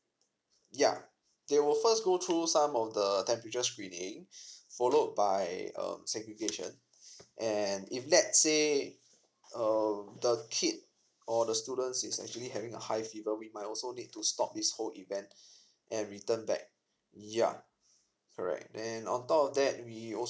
yeah they will first go through some of the temperature screening followed by a segregation and if let's say um the kid or the students is actually having a high fever we might also need to stop this whole event and return back yeah correct and on top of that we also